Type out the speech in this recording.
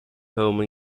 home